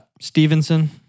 Stevenson